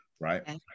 right